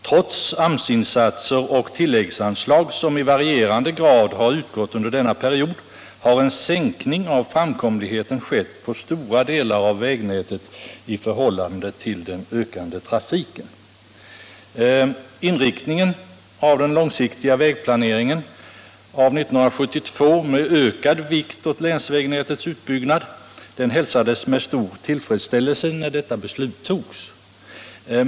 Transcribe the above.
Trots AMS-insatser och tillläggsanslag, som i varierande grad har utgått under denna period, har en sänkning av framkomligheten skett på stora delar av vägnätet i förhållande till den ökande trafiken. Inriktningen av den långsiktiga vägplaneringen av 1972, med ökad vikt åt länsvägnätets utbyggnad, hälsades med stor tillfredsställelse när detta beslut togs.